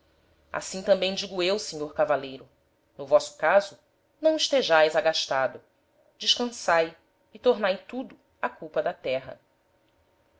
assim tambem digo eu senhor cavaleiro no vosso caso não estejaes agastado descansae e tornae tudo á culpa da terra